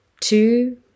Two